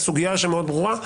זו סוגיה שמאוד ברורה.